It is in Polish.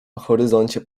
horyzoncie